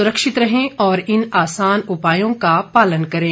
सुरक्षित रहें और इन आसान उपायों का पालन करें